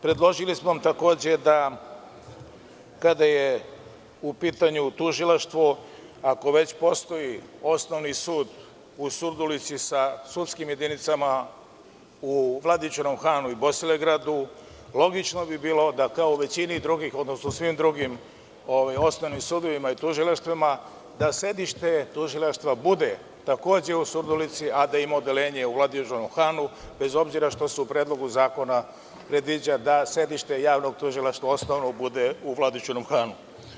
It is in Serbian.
Predložili smo takođe, kada je u pitanju tužilaštvo, ako već postoji Osnovni sud u Surdulici sa sudskim jedinicama u Vladičinom Hanu i Bosilegradu, logično bi bilo da kao u većini drugih, odnosno svim drugim osnovnim sudovima i tužilaštvima, da sedište tužilaštva bude takođe, u Surdulici, a da ima Odeljenje u Vladičinom Hanu, bez obzira što se u Predlogu zakona predviđa da sedište Javnog tužilaštva bude u Vladičinom Hanu.